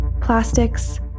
Plastics